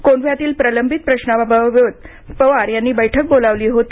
कोंढव्यातील प्रलंबित प्रशाबाबत पवार यांनी बैठक बोलावली होती